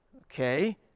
Okay